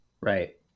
Right